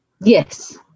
Yes